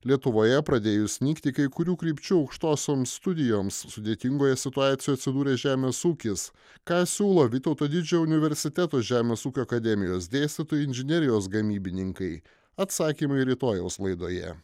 lietuvoje pradėjus nykti kai kurių krypčių aukštosioms studijoms sudėtingoje situacijoje atsidūrė žemės ūkis ką siūlo vytauto didžiojo universiteto žemės ūkio akademijos dėstytojai inžinerijos gamybininkai atsakymai rytojaus laidoje